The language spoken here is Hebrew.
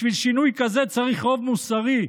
בשביל שינוי כזה צריך רוב מוסרי,